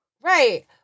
right